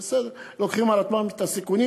בסדר, לוקחים על עצמם את הסיכונים.